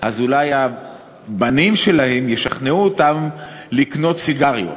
אז אולי הבנים שלהם ישכנעו אותם לקנות סיגריות.